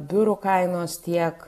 biurų kainos tiek